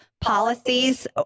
policies